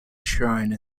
shrine